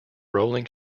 rolling